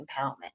empowerment